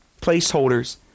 placeholders